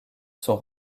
sont